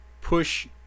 push